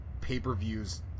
pay-per-views